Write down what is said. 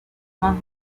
más